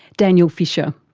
daniel fisher.